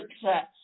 success